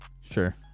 Sure